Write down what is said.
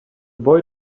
boy